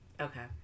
Okay